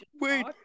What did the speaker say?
wait